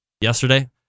yesterday